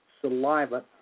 saliva